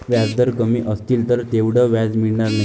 व्याजदर कमी असतील तर तेवढं व्याज मिळणार नाही